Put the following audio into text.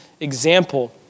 example